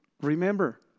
remember